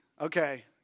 okay